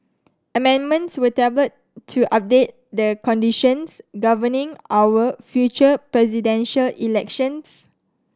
amendments were tabled to update the conditions governing our future presidential elections